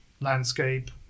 landscape